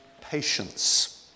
patience